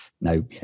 no